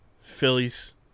Phillies